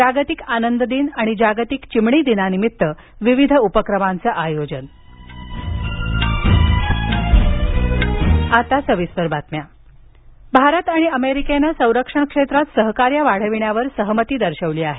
जागतिक आनंद दिन आणि जागतिक चिमणी दिनानिमित्त विविध उपक्रमांचं आयोजन ऑस्टिन दौरा भारत आणि अमेरिकेनं संरक्षण क्षेत्रात सहकार्य वाढविण्यावर सहमती दर्शवली आहे